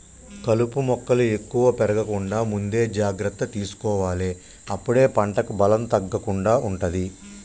కలుపు మొక్కలు ఎక్కువ పెరగకుండా ముందే జాగ్రత్త తీసుకోవాలె అప్పుడే పంటకు బలం తగ్గకుండా ఉంటది